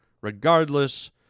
Regardless